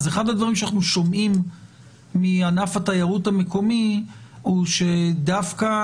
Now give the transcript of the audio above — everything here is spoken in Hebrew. אז אחד הדברים שאנחנו שומעים מענף התיירות המקומי הוא שדווקא